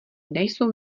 nejsou